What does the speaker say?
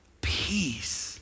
peace